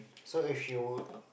so if you